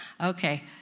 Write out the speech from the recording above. Okay